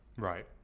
Right